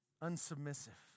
unsubmissive